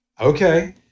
Okay